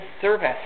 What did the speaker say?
service